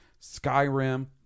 skyrim